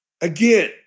Again